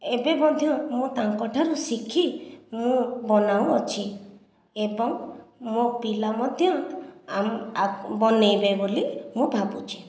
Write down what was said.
ଏବେ ମଧ୍ୟ ମୁଁ ତାଙ୍କ ଠାରୁ ଶିଖି ମୁଁ ବନାଉଅଛି ଏବଂ ମୋ' ପିଲା ମଧ୍ୟ ବନେଇବେ ବୋଲି ମୁଁ ଭାବୁଛି